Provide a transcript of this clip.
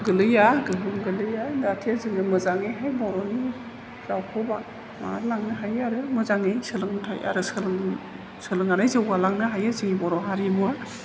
गोलैया गोलैया जाथे जोङो मोजाङैहाय बर'नि रावखौ बा मा लांनो हायो आरो मोजाङै सोलोंनो आरो सोलों सोलोंनानै जौगालांनो हायो जोंनि बर' हारिमुवा